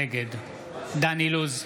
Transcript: נגד דן אילוז,